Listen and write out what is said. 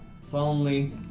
solemnly